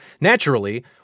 naturally